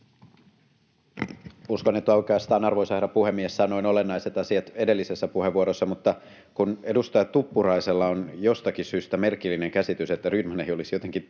Uskon, että oikeastaan, arvoisa herra puhemies, sanoin olennaiset asiat edellisessä puheenvuorossa. Mutta kun edustaja Tuppuraisella on jostakin syystä merkillinen käsitys, että Rydman ei olisi jotenkin